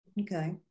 Okay